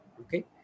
okay